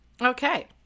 Okay